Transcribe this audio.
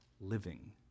living